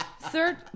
Third